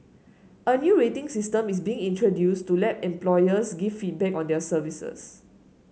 a new rating system is being introduced to let employers give feedback on their services